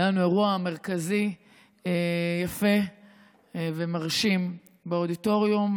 היה לנו אירוע מרכזי יפה ומרשים באודיטוריום.